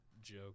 Joke